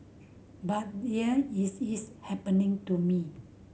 but here it is happening to me